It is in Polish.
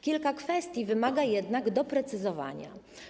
Kilka kwestii wymaga jednak doprecyzowania.